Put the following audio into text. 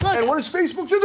and what does facebook